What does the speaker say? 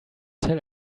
tell